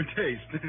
taste